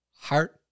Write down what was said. heart